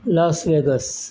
Las Vegas